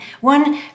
one